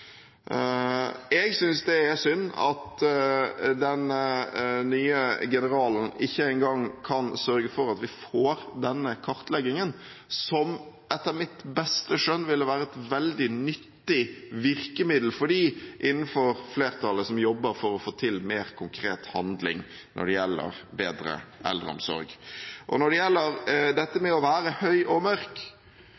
Jeg synes det er synd at den nye generalen ikke engang kan sørge for at vi får denne kartleggingen, som etter mitt beste skjønn ville være et veldig nyttig virkemiddel for dem innenfor flertallet som jobber med å få til mer konkret handling når det gjelder bedre eldreomsorg. Når det gjelder det å være høy og mørk,